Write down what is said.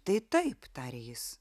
tai taip tarė jis